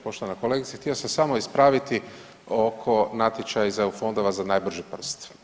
Poštovana kolegice, htio sam samo ispraviti oko natječaja iz EU fondova za najbrži prst.